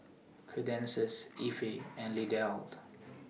Cadence Ivey and Lindell